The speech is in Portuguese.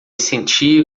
senti